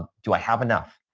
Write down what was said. ah do i have enough?